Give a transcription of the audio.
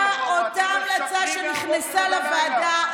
אותה המלצה שנכנסה לוועדה,